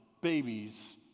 babies